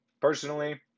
personally